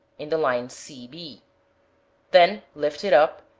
in the line c, b then lift it up,